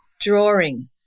drawing